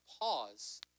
pause